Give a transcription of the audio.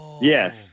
Yes